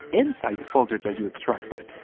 inside the folder you extracted.